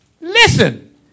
Listen